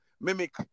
mimic